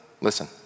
Listen